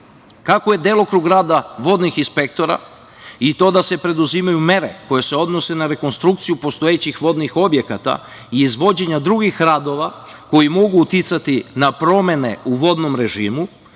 Kako je delokrug rada vodnih inspektora i to da se preduzimaju mere koje se odnose na rekonstrukciju postojećih vodnih objekata i izvođenja drugih radova koji mogu uticati na promene u vodnom režimu